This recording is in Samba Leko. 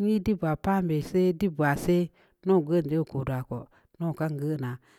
nyi dib waa paan naa, nyi dib waa paan be seh, dib waa seh, ndauw geun je geu kod waa sen ko, ndau kan geunaa.